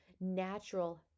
natural